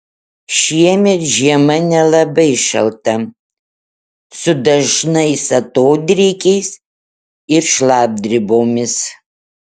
šiemet žiema nelabai šalta su dažnais atodrėkiais ir šlapdribomis